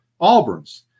Auburn's